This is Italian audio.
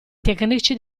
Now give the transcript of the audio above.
tecnici